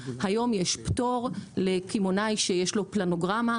היום יש פטור לקמעונאי שיש לו פלנוגרמה,